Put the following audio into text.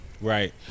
Right